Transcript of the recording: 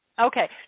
Okay